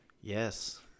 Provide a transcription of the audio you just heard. Yes